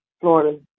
Florida